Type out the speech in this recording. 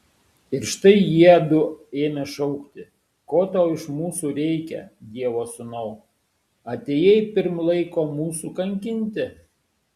ir štai jiedu ėmė šaukti ko tau iš mūsų reikia dievo sūnau atėjai pirm laiko mūsų kankinti